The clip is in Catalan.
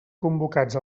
convocats